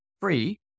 free